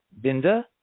Binda